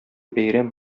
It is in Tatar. бәйрәм